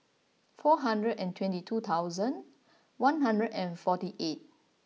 four hundred and twenty two thousand one hundred and forty eight